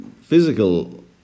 physical